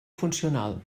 funcional